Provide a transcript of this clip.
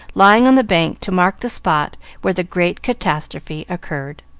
lying on the bank to mark the spot where the great catastrophe occurred.